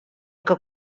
que